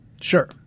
Sure